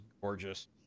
gorgeous